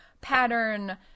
pattern